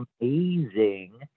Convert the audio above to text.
amazing